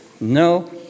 No